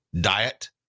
diet